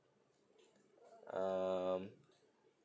um